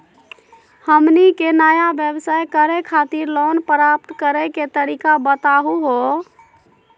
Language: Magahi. हमनी के नया व्यवसाय करै खातिर लोन प्राप्त करै के तरीका बताहु हो?